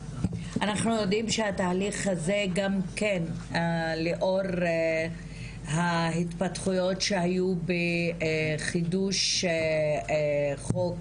אנחנו יודעים שהתהליך הזה גם כן לאור ההתפתחויות שהיו בחידוש חוק